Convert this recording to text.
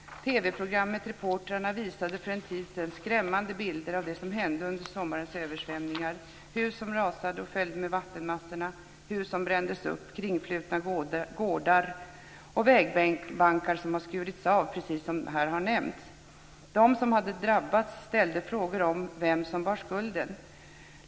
TV-programmet Reportrarna visade för en tid sedan skrämmande bilder av det som hände under sommarens översvämningar - hus som rasade och följde med vattenmassorna, hus som brändes upp, kringflutna gårdar och vägbankar som har skurits av, precis som här har nämnts. De som har drabbats ställde frågor om vem som bar skulden.